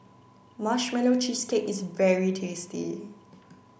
marshmallow cheesecake is very tasty